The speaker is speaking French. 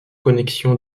connexion